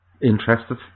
interested